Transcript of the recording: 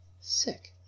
Sick